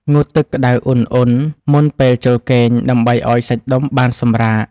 ងូតទឹកក្ដៅឧណ្ហៗមុនពេលចូលគេង ដើម្បីឱ្យសាច់ដុំបានសម្រាក។